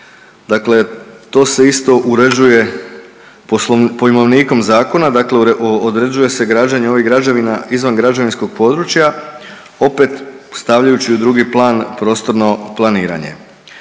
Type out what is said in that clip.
dakle to se isto uređuje pojmovnikom zakona, dakle određuje se građenje ovih građevina izvan građevinskog područja, opet stavljajući u drugi plan prostorno planiranje.